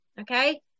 Okay